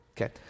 Okay